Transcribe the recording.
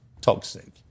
toxic